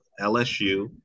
LSU